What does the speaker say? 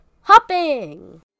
hopping